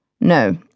No